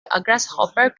grasshopper